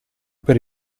per